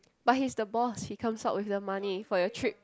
but he is the boss he comes up with the money for your trip